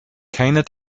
keiner